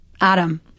Adam